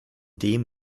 dem